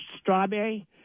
strawberry